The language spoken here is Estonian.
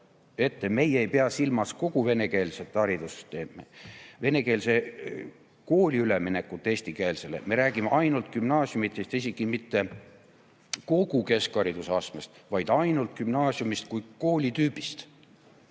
ette: "Meie ei pea silmas kogu venekeelset haridussüsteemi, venekeelse kooli üleminekut eesti keelele, me räägime ainult gümnaasiumidest, isegi mitte kogu keskhariduse astmest, vaid ainult gümnaasiumist kui kooli tüübist."